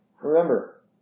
remember